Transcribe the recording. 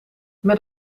met